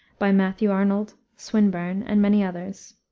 by matthew arnold, swinburne, and many others.